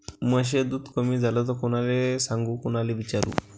म्हशीचं दूध कमी झालं त कोनाले सांगू कोनाले विचारू?